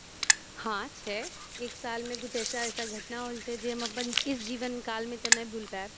हाँ छै एक सालमे किछु एहन एहन घटना भेल छै जे हम एहि जीवनमे तऽ नहि भूलि पायब